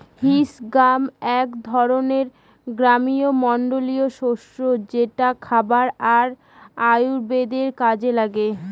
horse gram এক ধরনের গ্রীস্মমন্ডলীয় শস্য যেটা খাবার আর আয়ুর্বেদের কাজে লাগে